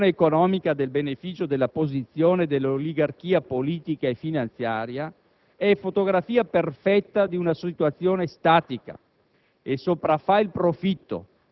La rendita, come espressione economica del benefìcio della posizione e dell'oligarchia politica e finanziaria, è fotografia perfetta di una situazione statica